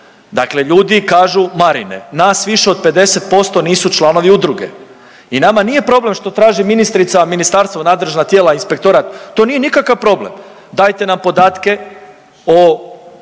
Dakle, ljudi kažu Marine nas više od 50% nisu članovi udruge i nama nije problem što traži ministrica, ministarstvo, nadležna tijela, inspektorat. To nije nikakav problem. Dajte nam podatke o